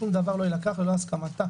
שום דבר לא יילקח ללא הסכמתה.